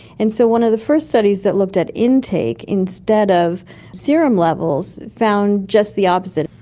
and so one of the first studies that looked at intake instead of serum levels found just the opposite.